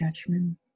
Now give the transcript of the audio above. judgment